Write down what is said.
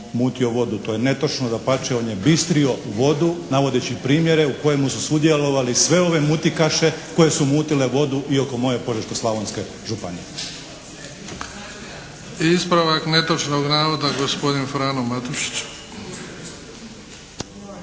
Ispravak netočnog navoda, gospodin Anto Bagarić.